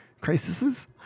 crises